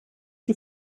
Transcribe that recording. you